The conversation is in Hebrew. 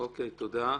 תודה רבה.